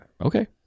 Okay